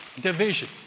Division